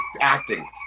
acting